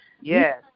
Yes